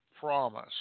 promise